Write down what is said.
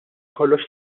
kollox